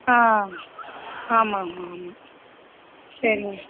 ஆ ஆமாம் ஆமாம் ஆமாம் சரிங்க